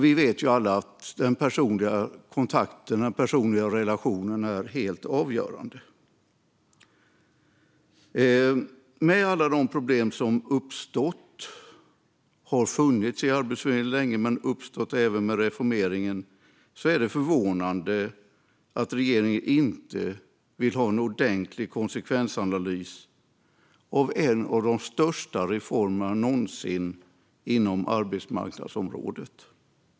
Vi vet alla att den personliga kontakten och den personliga relationen är helt avgörande. Med alla de problem som uppstått - de som har funnits i Arbetsförmedlingen länge och även de som uppstått med reformeringen - är det förvånande att regeringen inte vill ha en ordentlig konsekvensanalys av en av de största reformerna någonsin inom arbetsmarknadsområdet.